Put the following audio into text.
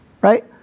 Right